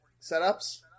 setups